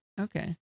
Okay